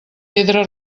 pedra